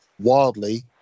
wildly